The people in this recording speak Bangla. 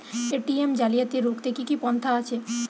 এ.টি.এম জালিয়াতি রুখতে কি কি পন্থা আছে?